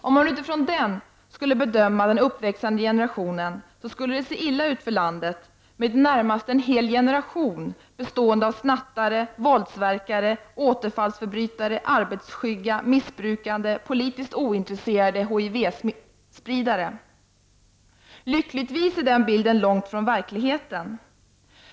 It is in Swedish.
Om man utifrån dem skulle bedöma den uppväxande generationen skulle det se illa ut för landet med i det närmaste en hel generation bestående av snattare, våldsverkare, återfallsförbrytare, arbetsskygga, missbrukande och politiskt ointresserade HIV-spridare. Lyckligtvis är den bilden långt ifrån verkligheten.